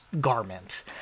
garment—